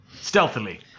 Stealthily